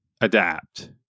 adapt